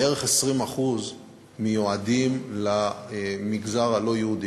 בערך 20% מיועדים למגזר הלא-יהודי,